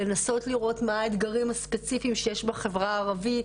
לנסות לראות מה האתגרים הספציפיים שיש בחברה הערבית,